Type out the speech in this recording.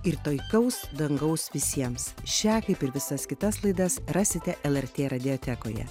ir taikaus dangaus visiems šią kaip ir visas kitas laidas rasite lrt radiotekoje